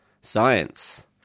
science